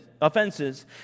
offenses